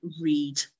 read